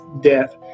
death